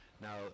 Now